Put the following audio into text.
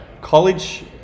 College